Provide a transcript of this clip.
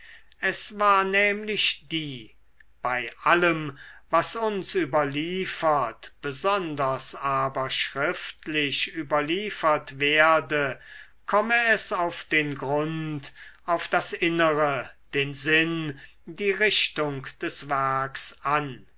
es war nämlich die bei allem was uns überliefert besonders aber schriftlich überliefert werde komme es auf den grund auf das innere den sinn die richtung des werks an